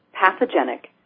Pathogenic